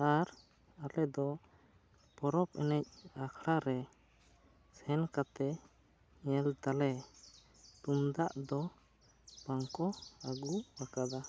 ᱟᱨ ᱟᱞᱮ ᱫᱚ ᱯᱚᱨᱚᱵᱽ ᱮᱱᱮᱡ ᱟᱠᱷᱲᱟ ᱨᱮ ᱥᱮᱱ ᱠᱟᱛᱮ ᱧᱮᱞ ᱫᱟᱞᱮ ᱛᱩᱢᱫᱟᱜ ᱫᱚ ᱵᱟᱝ ᱠᱚ ᱟᱹᱜᱩ ᱟᱠᱟᱫᱟ